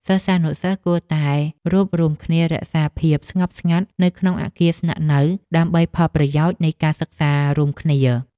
សិស្សានុសិស្សគួរតែរួបរួមគ្នារក្សាភាពស្ងប់ស្ងាត់នៅក្នុងអគារស្នាក់នៅដើម្បីផលប្រយោជន៍នៃការសិក្សារួមគ្នា។